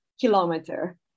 kilometer